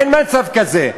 אין מצב כזה.